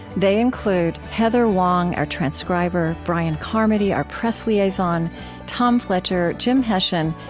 they include heather wang, our transcriber brian carmody, our press liaison tom fletcher, jim hessian,